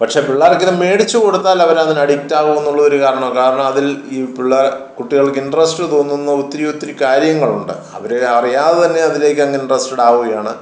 പക്ഷെ പിള്ളേർക്ക് ഇത് മേടിച്ചുകൊടുത്താൽ അവർ അതിന് അഡിക്റ്റ് ആവുമോ എന്നുള്ള കാരണം കാരണം അതിൽ ഈ പിള്ളാർ കുട്ടികൾക്ക് ഇൻട്രസ്റ്റ് തോന്നുന്ന ഒത്തിരി ഒത്തിരി കാര്യങ്ങളുണ്ട് അവർ അറിയാതെ തന്നെ അതിലേക്ക് അങ്ങനെ ഇൻട്രസ്റ്റ്ഡ് ആവുകയാണ്